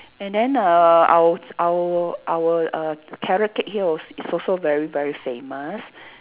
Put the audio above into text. and then err out our our err carrot cake here al~ is also very very famous